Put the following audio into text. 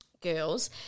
girls